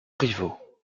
rivaux